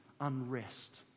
unrest